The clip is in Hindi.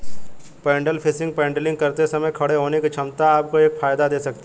पैडल फिशिंग पैडलिंग करते समय खड़े होने की क्षमता आपको एक फायदा दे सकती है